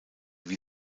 wie